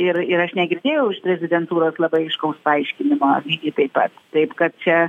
ir ir aš negirdėjau iš prezidentūros labai aiškaus paaiškinimo lygiai taip pat taip kad čia